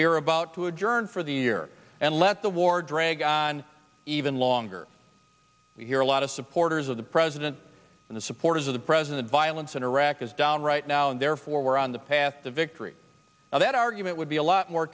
we're about to adjourn for the year and let the war drag on even longer we hear a lot of supporters of the president and the supporters of the president violence in iraq is down right now and therefore we're on the path to victory that argument would be a lot more